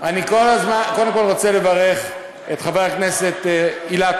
אני קודם כול רוצה לברך את חבר הכנסת אילטוב,